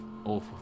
awful